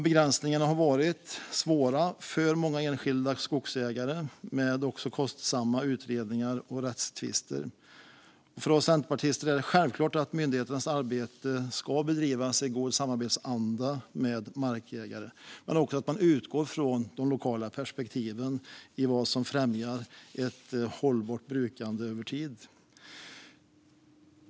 Begränsningarna har varit svåra för många enskilda skogsägare med kostsamma utredningar och rättstvister som följd. För oss centerpartister är det självklart att myndigheternas arbete ska bedrivas i god samarbetsanda med markägare men också att man utgår från de lokala perspektiven i vad som främjar ett hållbart brukande över tid.